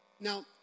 Now